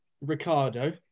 Ricardo